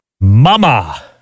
Mama